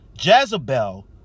Jezebel